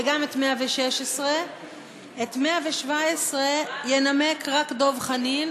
וגם את 116. את 117 ינמק דב חנין.